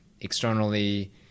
externally